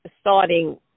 starting